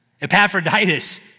Epaphroditus